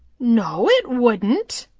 no, it wouldn't!